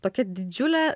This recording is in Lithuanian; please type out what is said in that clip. tokia didžiulė